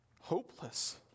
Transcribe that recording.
hopeless